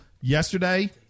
yesterday